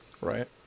Right